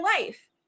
life